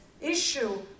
issue